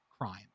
Crime